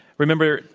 remember,